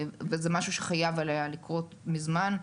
זה משהו שחייב היה לקרות מזמן.